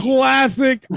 Classic